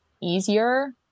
easier